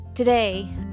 Today